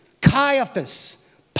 Caiaphas